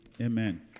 Amen